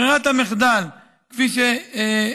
ברירת המחדל כפי שהיא